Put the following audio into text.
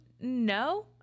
No